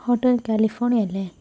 hotel California അല്ലേ